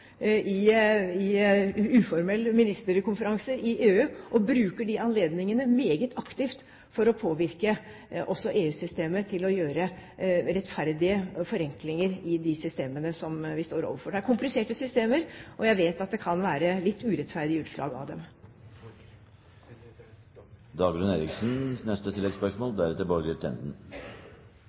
i uformelle ministerkonferanser i EU og bruker de anledningene meget aktivt for å påvirke EU-systemet til å gjøre rettferdige forenklinger i de systemene som vi står overfor. Det er kompliserte systemer, og jeg vet at de kan gi litt urettferdige utslag.